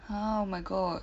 !huh! oh my god